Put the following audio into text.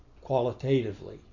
qualitatively